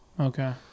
okay